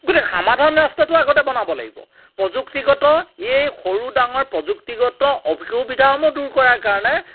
গতিকে সামাধান ৰাস্তাটো আগতে বনাব লাগিব প্ৰযুক্তিগত এই সৰু ডাঙৰ প্ৰযুক্তিগত অসুবিধাসমূহ দূৰ কৰাৰ কাৰণে